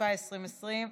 התשפ"א 2020,